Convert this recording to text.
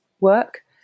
work